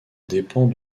dépens